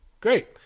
Great